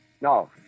No